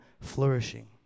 flourishing